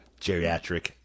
geriatric